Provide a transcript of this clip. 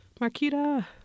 Marquita